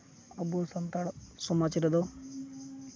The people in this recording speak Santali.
ᱟᱵᱚ ᱥᱟᱱᱛᱟᱲ ᱥᱚᱢᱟᱡᱽ ᱨᱮᱫᱚ